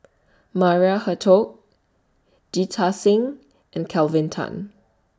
Maria Hertogh Jita Singh and Kelvin Tan